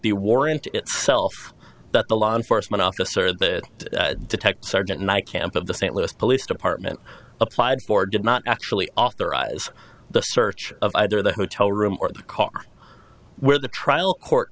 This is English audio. the warrant itself that the law enforcement officer the detective sergeant mike camp of the st louis police department applied for did not actually authorize the search of either the hotel room or the car where the trial court